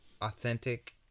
authentic